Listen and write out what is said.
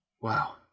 Wow